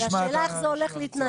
והשאלה היא איך זה הולך להתנהל.